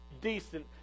decent